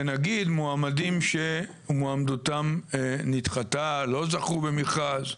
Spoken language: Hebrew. נגיד מועמדים שמועמדותם נדחתה, לא זכו במכרז.